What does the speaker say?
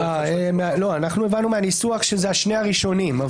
אנחנו הבנו מהניסוח שזה שני הראשונים.